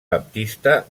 baptista